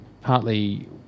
Partly